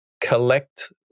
collect